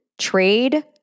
trade